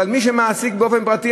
אבל מי שמעסיק באופן פרטי,